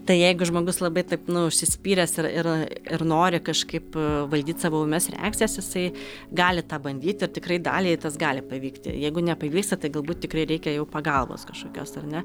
tai jeigu žmogus labai taip nu užsispyręs ir ir ir nori kažkaip valdyt savo ūmias reakcijas jisai gali tą bandyt ir tikrai daliai tas gali pavykti jeigu nepavyksta tai galbūt tikrai reikia jau pagalbos kažkokios ar ne